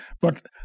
But-